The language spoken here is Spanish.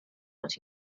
más